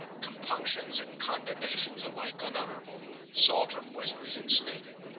compunctions and condonations alike unutterable, saltram was reinstated.